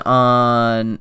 on